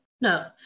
no